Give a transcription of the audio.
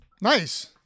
Nice